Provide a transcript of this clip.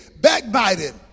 backbiting